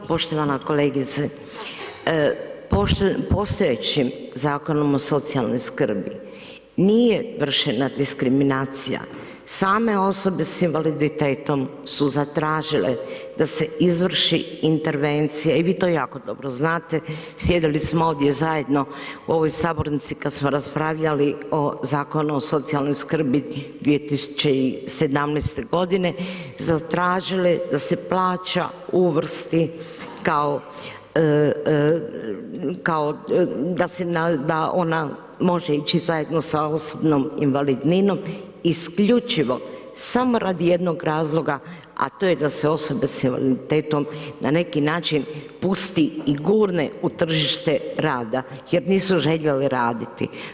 Poštovana kolegice, postojećim Zakonom o socijalnom skrbi nije vršena diskriminacija, same osobe s invaliditetom su zatražile da se izvrši intervencija i vi to jako dobro znate, sjedili smo ovdje zajedno u ovoj sabornici kad smo raspravljali o Zakonu o socijalnoj skrbi 2017. godine zatražili da se plaća uvrsti kao kao da se ona može ići zajedno sa osobnom invalidninom isključivo samo radi jednog razloga, a to je da se osobe s invaliditetom na neki način pusti i gurne u tržište rada jer nisu željeli raditi.